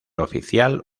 oficial